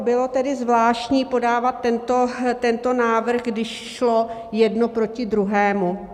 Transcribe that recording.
Bylo tedy zvláštní podávat tento návrh, když šlo jedno proti druhému.